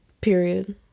Period